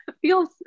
feels